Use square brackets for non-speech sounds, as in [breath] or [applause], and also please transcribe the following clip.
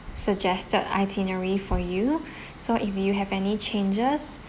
suggested itinerary for you [breath] so if you have any changes